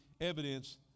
evidence